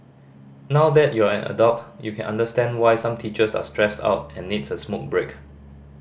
now that you're an adult you can understand why some teachers are stressed out and needs a smoke break